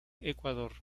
ecuador